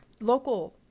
local